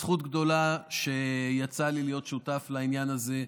זו זכות גדולה שיצא לי להיות שותף לעניין הזה.